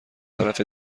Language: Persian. طرف